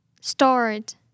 start